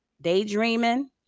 daydreaming